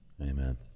Amen